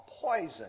poison